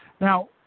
Now